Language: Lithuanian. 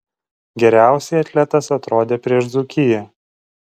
geriausiai atletas atrodė prieš dzūkiją